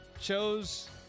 chose